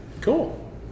Cool